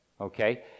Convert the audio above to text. okay